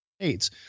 states